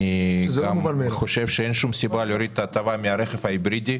אין שום סיבה להוריד את ההטבה מהרכב ההיברידי.